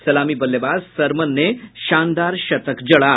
सलामी बल्लेबाज सरमन ने शानदार शतक जड़ा